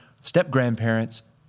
step-grandparents